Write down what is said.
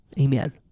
amen